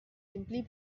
simply